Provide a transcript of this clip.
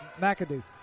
McAdoo